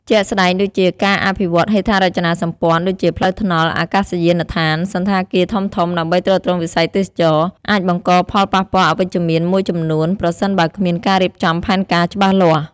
ជាក់ស្ដែងដូចជា ការអភិវឌ្ឍហេដ្ឋារចនាសម្ព័ន្ធ ដូចជាផ្លូវថ្នល់ អាកាសយានដ្ឋាន សណ្ឋាគារធំៗ ដើម្បីទ្រទ្រង់វិស័យទេសចរណ៍ អាចបង្កផលប៉ះពាល់អវិជ្ជមានមួយចំនួន ប្រសិនបើគ្មានការរៀបចំផែនការច្បាស់លាស់។